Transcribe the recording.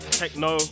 techno